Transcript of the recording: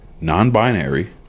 non-binary